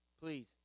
please